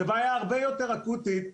זה בעיה הרבה יותר אקוטית,